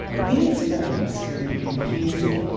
these verbs can be confusing.